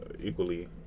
equally